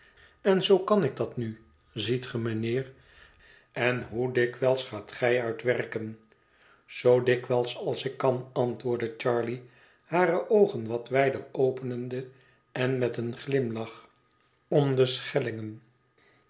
en zoo kan ik dat nu ziet ge mijnheer en hoe dikwijls gaat gij uit werken zoo dikwijls als ik kan antwoordde charley hare oogen wat wijder openende en met een glimlach